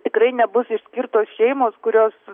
tikrai nebus išskirtos šeimos kurios